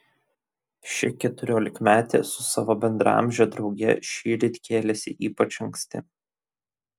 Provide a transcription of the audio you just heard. ši keturiolikmetė su savo bendraamže drauge šįryt kėlėsi ypač anksti